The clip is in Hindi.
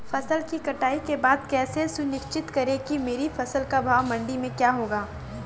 फसल की कटाई के बाद कैसे सुनिश्चित करें कि मेरी फसल का भाव मंडी में क्या होगा?